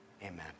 Amen